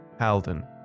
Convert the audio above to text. Halden